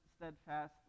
steadfast